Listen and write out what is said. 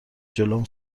جلوم